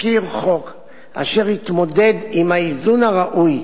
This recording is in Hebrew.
תזכיר חוק אשר יתמודד עם האיזון הראוי